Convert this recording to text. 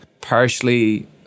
partially